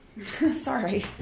Sorry